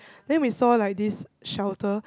then we saw like this shelter